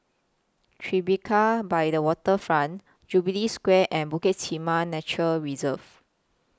Tribeca By The Waterfront Jubilee Square and Bukit Timah Nature Reserve